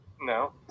No